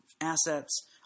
assets